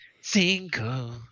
single